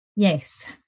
Yes